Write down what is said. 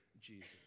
Jesus